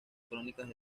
crónicas